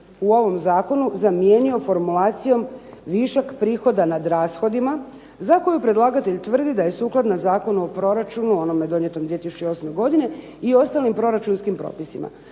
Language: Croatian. u ovom zakonu zamijenio formulacijom višak prihoda nad rashodima za koju predlagatelj tvrdi da je sukladna Zakonu o proračunu onome do ljeta 2008. i ostalim proračunskim propisima.